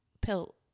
Pill